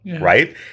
Right